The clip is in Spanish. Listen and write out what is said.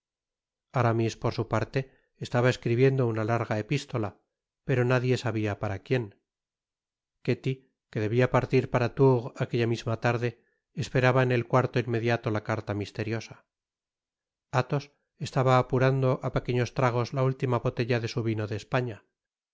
aramis por su parte estaba escribiendo una larga epistola pero nadie sabia para quien ketty que debia partir para tours aquella misma tarde esperaba en el cuarto inmediato la carta misteriosa athos estaba apurando á pequeños tragos la última botella de su vino de españa